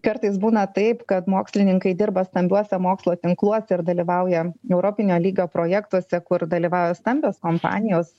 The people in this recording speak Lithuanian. kartais būna taip kad mokslininkai dirba stambiuose mokslo tinkluose ir dalyvauja europinio lygio projektuose kur dalyvauja stambios kompanijos